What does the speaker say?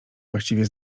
właściwie